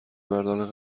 مردان